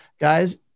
guys